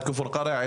כפר קרע,